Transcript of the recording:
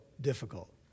difficult